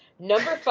number